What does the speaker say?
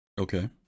Okay